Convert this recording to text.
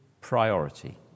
priority